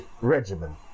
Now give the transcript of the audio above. regimen